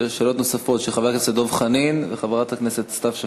שאלות נוספות של חבר הכנסת דב חנין ושל חברת הכנסת סתיו שפיר.